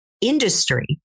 industry